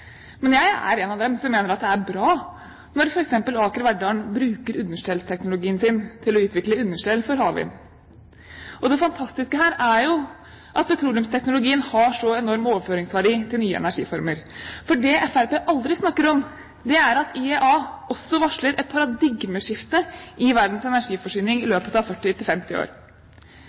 Men jeg er en av dem som mener det er bra når f.eks. Aker Verdal bruker understellsteknologien sin til å utvikle understell til havvindmøller. Det fantastiske her er jo at petroleumsteknologien har så enorm overføringsverdi til nye energiformer. Det Fremskrittspartiet aldri snakker om, er at IEA også varsler et paradigmeskifte i verdens energiforsyning i løpet av 40–50 år. Det kommer til